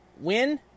win